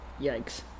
Yikes